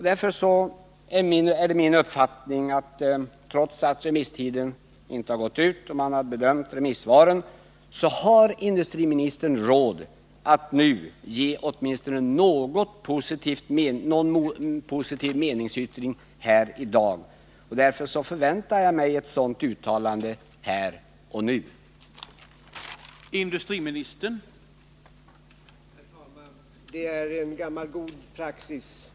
Därför är det min uppfattning att industriministern, trots att remisstiden inte gått ut och man alltså ännu inte har bedömt remissvaren, har råd att här i dag avge åtminstone någon positiv meningsyttring. Jag förväntar mig ett sådant uttalande här och nu.